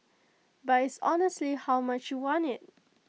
but it's honestly how much you want IT